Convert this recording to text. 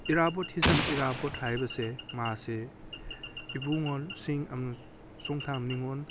ꯏꯔꯥꯕꯣꯠ ꯍꯤꯖꯝ ꯏꯔꯥꯕꯣꯠ ꯍꯥꯏꯕꯁꯦ ꯃꯥꯁꯦ ꯏꯕꯨꯡꯉꯣꯁꯤꯡ ꯑꯃꯁꯨꯡ ꯆꯣꯡꯊꯥꯝ ꯅꯤꯉꯣꯜ